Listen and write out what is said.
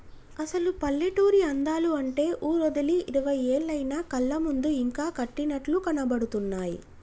అసలు పల్లెటూరి అందాలు అంటే ఊరోదిలి ఇరవై ఏళ్లయినా కళ్ళ ముందు ఇంకా కట్టినట్లు కనబడుతున్నాయి